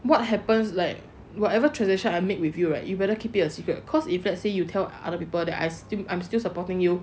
what happens like whatever tradition I made with you right you'd better keep it a secret cause if let's say you tell other people that I still I'm still supporting you